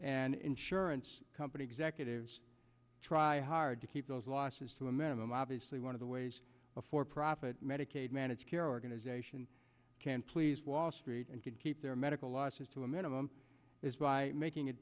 and insurance company executives try hard to keep those losses to a minimum obviously one of the ways a for profit medicaid managed care organization can please wall street and can keep their medical losses to a minimum is by making it